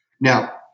Now